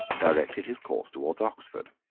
directed his course towards oxford.